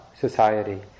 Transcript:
society